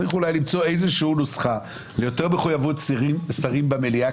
צריך אולי למצוא איזה נוסחה ליותר מחויבות שרים במליאה,